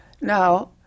Now